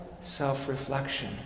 self-reflection